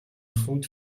food